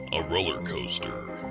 a roller coaster.